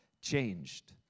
changed